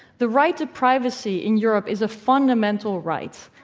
the right to privacy in europe is a fundamental right,